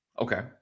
okay